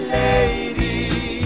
lady